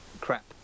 crap